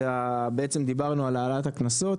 זה בעצם דיברנו על העלאת הקנסות,